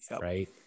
Right